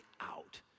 out